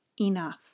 enough